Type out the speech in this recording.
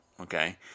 okay